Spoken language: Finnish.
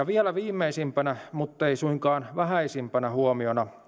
vielä viimeisimpänä muttei suinkaan vähäisimpänä huomiona